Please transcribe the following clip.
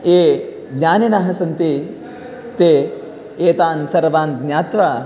ये ज्ञानिनः सन्ति ते एतान् सर्वान् ज्ञात्वा